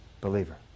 believer